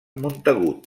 montagut